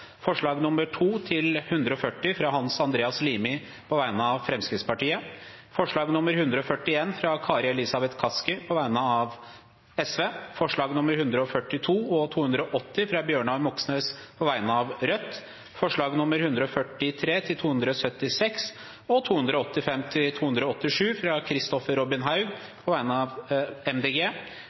fra Hans Andreas Limi på vegne av Fremskrittspartiet forslag nr. 141, fra Kari Elisabeth Kaski på vegne av Sosialistisk Venstreparti forslagene nr. 142 og 280, fra Bjørnar Moxnes på vegne av Rødt forslagene nr. 143–276 og 285–287, fra Kristoffer Robin Haug på vegne av